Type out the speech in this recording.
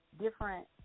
different